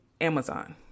amazon